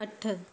अठ